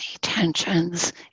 tensions